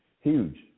Huge